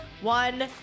one